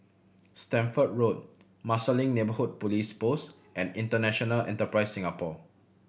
Stamford Road Marsiling Neighbourhood Police Post and International Enterprise Singapore